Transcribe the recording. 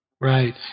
Right